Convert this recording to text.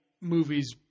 movies